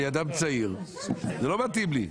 אני אדם צעיר וזה לא מתאים לי.